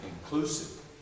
inclusive